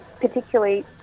particularly